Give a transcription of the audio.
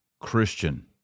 Christian